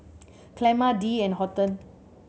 Clemma Dee and Horton